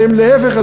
ואם להפך,